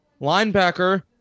linebacker